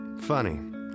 Funny